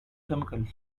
chemicals